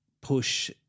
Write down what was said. push